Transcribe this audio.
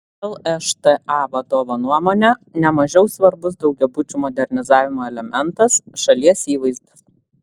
lšta vadovo nuomone ne mažiau svarbus daugiabučių modernizavimo elementas šalies įvaizdis